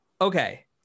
Okay